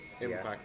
impact